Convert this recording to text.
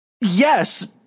Yes